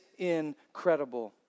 incredible